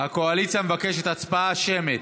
הקואליציה מבקשת הצבעה שמית.